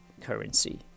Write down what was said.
Currency